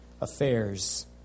affairs